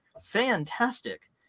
Fantastic